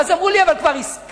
ואז אמרו לי: אבל כבר הסכמתם,